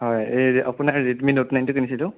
হয় এই আপোনাৰ ৰেড মি ন'ট নাইনটো কিনিছিলোঁ